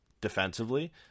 defensively